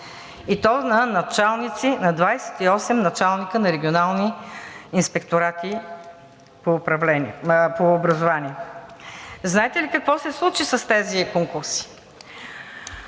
и то на 28 началника на регионални инспектората по образование. Знаете ли какво се случи с тези конкурси?